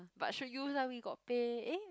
but should use lah we got pay eh